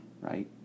right